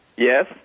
Yes